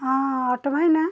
ହଁ ଅଟୋ ଭାଇନା